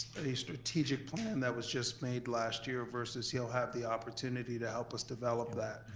a strategic plan that was just made last year, versus he'll have the opportunity to help us develop that,